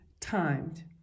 timed